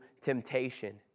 temptation